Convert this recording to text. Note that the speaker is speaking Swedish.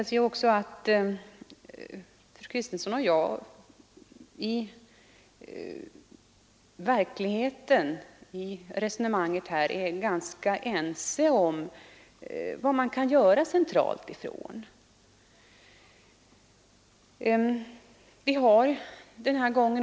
Det vill också synas som om fru Kristensson och jag här är ganska ense om vad man centralt kan göra.